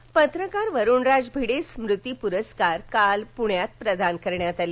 पुरस्कार प्रदान पत्रकार वरुणराज भिडे स्मृती पुरस्कार काल पुण्यात प्रदान करण्यात आले